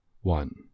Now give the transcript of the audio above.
one